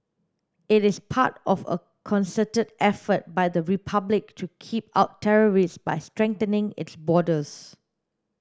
it is part of a concerted effort by the Republic to keep out terrorists by strengthening its borders